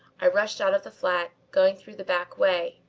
i rushed out of the flat, going through the back way.